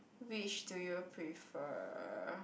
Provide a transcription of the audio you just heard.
which do you prefer